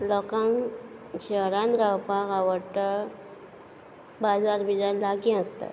लोकांक शहरान रावपाक आवडटा बाजार बिजार लागीं आसता